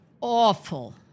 awful